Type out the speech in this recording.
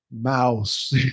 mouse